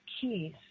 keys